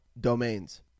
domains